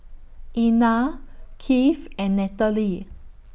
Einar Keith and Nataly